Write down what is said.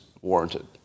warranted